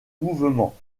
mouvement